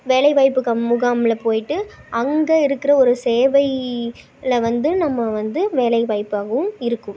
வேலைவாய்ப்பு கம் முகாமில் போயிவிட்டு அங்கே இருக்கிற ஒரு சேவை ல வந்து நம்ம வந்து வேலைவாய்ப்பாகவும் இருக்கும்